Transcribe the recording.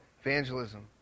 evangelism